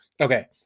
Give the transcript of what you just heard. Okay